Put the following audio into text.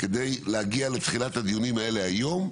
כדי להגיע לתחילת הדיונים האלה היום,